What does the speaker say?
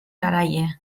garaile